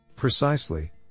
Precisely